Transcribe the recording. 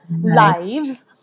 lives